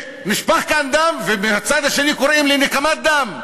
שנשפך כאן דם ומהצד השני קוראים לנקמת דם,